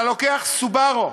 אתה לוקח "סובארו",